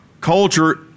Culture